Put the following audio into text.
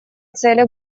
цели